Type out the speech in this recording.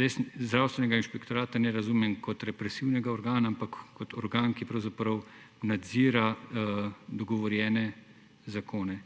Jaz Zdravstvenega inšpektorata ne razumem kot represivni organ, ampak kot organ, ki pravzaprav nadzira dogovorjene zakone.